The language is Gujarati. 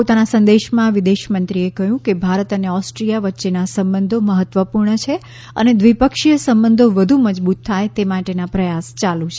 પોતાના સંદેશમાં વિદેશમંત્રીએ કહ્યું કે ભારત અને ઓસ્રીશુયા વચ્ચેના સંબંધો મહત્વપૂર્ણ છે અને દ્વિપક્ષીય સંબંધો વધુ મજબૂત થાય તે માટેના પ્રયાસ ચાલુ છે